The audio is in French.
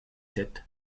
sept